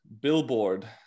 billboard